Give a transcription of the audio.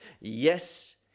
yes